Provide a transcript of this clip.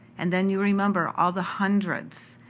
and then you remember all the hundreds,